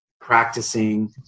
practicing